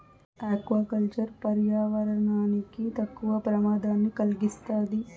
aqua culture పర్యావరణానికి తక్కువ ప్రమాదాన్ని కలిగిస్తాది